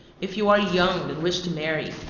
if you are young and wish to marry,